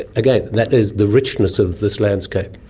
ah again, that is the richness of this landscape.